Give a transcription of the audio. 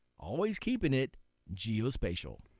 always keeping it geospatial.